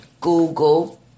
Google